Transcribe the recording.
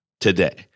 today